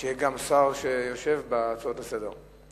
שיהיה גם שר שיושב בהצעות לסדר-היום?